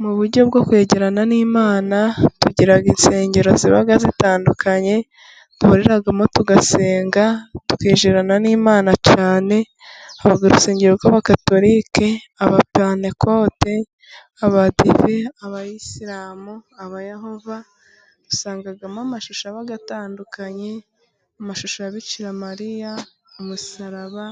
Mu buryo bwo kwegerana n’Imana, tugira insengero ziba zitandukanye, duhuriramo, tugasenga, tukinjirana n’Imana cyane. Habaho urusengero rw’Abakatolike, Abapantekote, Abadive, Abayisilamu, Aba Yehova. Dusangamo amashusho aba atandukanye: amashusho ya Bikira Mariya, umusaraba